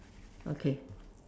okay